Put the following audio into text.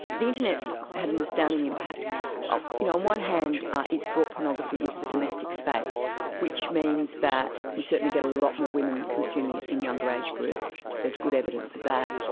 the internet's had an astounding impact. on ah you know one hand it's brought pornography into the domestic space which means that you certainly get a lot more women consuming it in younger age groups, there's good evidence of that,